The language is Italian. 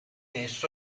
esso